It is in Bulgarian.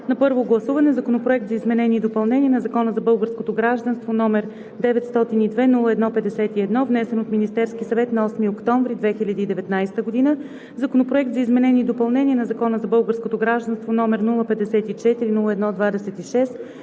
на първо гласуване Законопроект за изменение и допълнение на Закона за българското гражданство, № 902-01-51, внесен от Министерския съвет на 8 октомври 2019 г., Законопроект за изменение и допълнение на Закона за българското гражданство, № 054-01-26,